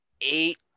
eight